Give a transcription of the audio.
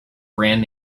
brand